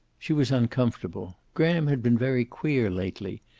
she was uncomfortable. graham had been very queer lately.